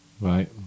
Right